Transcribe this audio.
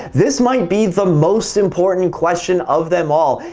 this might be the most important question of them all.